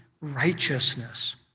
righteousness